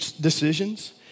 decisions